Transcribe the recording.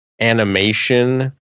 animation